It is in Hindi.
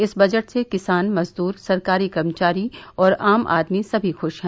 इस बजट से किसान मजदूर सरकारी कर्मचारी और आम आदमी समी खुश हैं